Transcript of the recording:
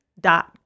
dot